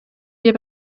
hier